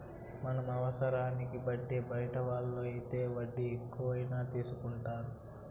మన అవసరాన్ని బట్టి బయట వాళ్ళు అయితే వడ్డీ ఎక్కువైనా తీసుకుంటారు